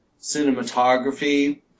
cinematography